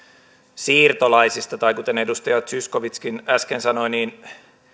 siirtolaisista tai kuten edustaja zyskowiczkin äsken sanoi